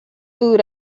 food